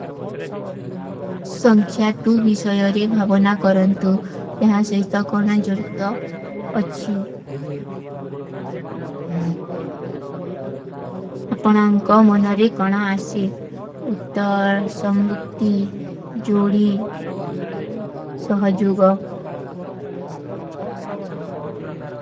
ସଂଖ୍ଯାତୂ ଵିଶଯାରେ ଭାଵନା କରନ୍ତୁ ଯହାଁ ସହିତ କରନା ଜୋଡିତ ଅଚ୍ଛୀ। ଅପନା ଅଂକା ମନାରେ କରନା ଆଶେ, ଉତ୍ତର, ସମ୍ଭୁକ୍ତି, ଜୋଡୀ, ସହଜୂଗଵ।